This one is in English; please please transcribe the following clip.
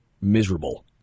Miserable